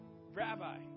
Rabbi